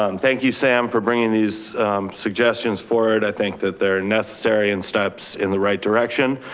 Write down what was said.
um thank you, sam for bringing these suggestions forward. i think that they're necessary and steps in the right direction.